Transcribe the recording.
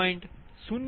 898820